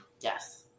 Yes